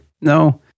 no